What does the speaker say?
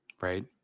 Right